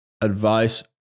advice